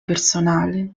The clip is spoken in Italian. personale